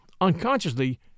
Unconsciously